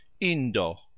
Indo